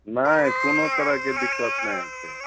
नहि कोनो तरहके दिक्कत नहि होयतै